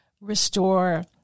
restore